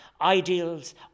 ideals